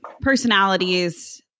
personalities